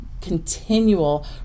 continual